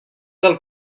del